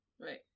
Right